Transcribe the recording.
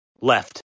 left